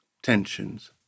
Tensions